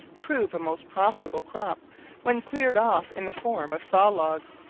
prove a most profitable crop when cleared off in the form of saw-logs,